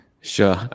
sure